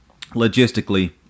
logistically